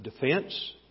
defense